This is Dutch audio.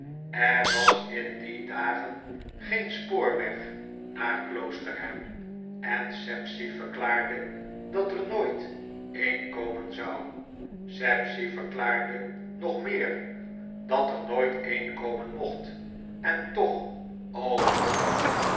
er was in die dagen geen spoorweg naar kloosterham en sapsea verklaarde dat er nooit een komen zou sapsea verklaarde nog meer dat er nooit een komen mocht en toch o wonder